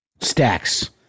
Stacks